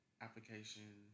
application